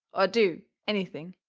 or do anything.